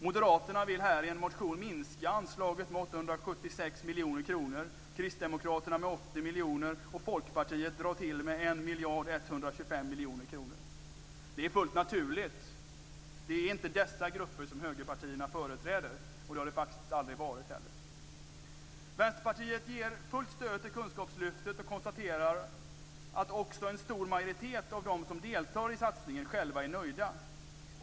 Moderaterna vill i en motion minska anslaget med 876 miljoner kronor, kristdemokraterna med 80 miljoner och Folkpartiet drar till med 1 125 miljoner kronor. Det är fullt naturligt. Det är inte dessa grupper som högerpartierna företräder, och det har det faktiskt aldrig varit heller. Vänsterpartiet ger fullt stöd till kunskapslyftet och konstaterar att också en stor majoritet av dem som deltar i satsningen själva är nöjda.